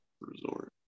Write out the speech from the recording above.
Resort